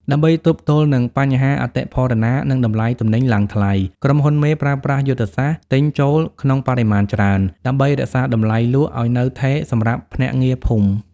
ដើម្បីទប់ទល់នឹង "បញ្ហាអតិផរណា និងតម្លៃទំនិញឡើងថ្លៃ" ក្រុមហ៊ុនមេប្រើប្រាស់យុទ្ធសាស្ត្រ "ទិញចូលក្នុងបរិមាណច្រើន" ដើម្បីរក្សាតម្លៃលក់ឱ្យនៅថេរសម្រាប់ភ្នាក់ងារភូមិ។